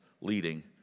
leading